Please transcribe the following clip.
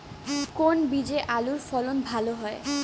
কোন বীজে আলুর ফলন ভালো হয়?